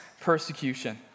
persecution